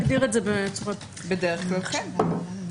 בדרך כלל כן.